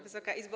Wysoka Izbo!